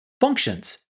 functions